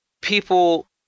people